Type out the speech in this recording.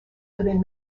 within